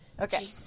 Okay